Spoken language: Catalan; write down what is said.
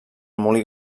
molí